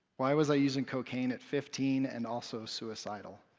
why was i using cocaine at fifteen, and also suicidal?